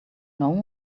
know